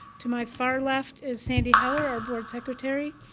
to my far left is sandy heller, our board secretary.